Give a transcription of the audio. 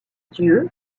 dieu